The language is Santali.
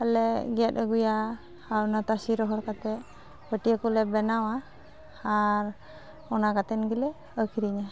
ᱟᱞᱮ ᱜᱮᱫ ᱟᱹᱜᱩᱭᱟ ᱟᱨ ᱚᱱᱟ ᱛᱟᱥᱮ ᱨᱚᱦᱚᱲ ᱠᱟᱛᱮᱫ ᱯᱟᱹᱴᱭᱟᱹᱠᱚᱞᱮ ᱵᱮᱱᱟᱣᱟ ᱟᱨ ᱚᱱᱟ ᱠᱟᱛᱮᱱᱜᱮᱞᱮ ᱟᱹᱠᱷᱨᱤᱧᱟ